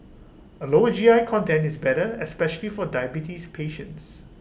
A lower G I content is better especially for diabetes patients